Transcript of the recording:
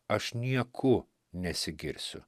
aš nieku nesigirsiu